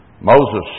Moses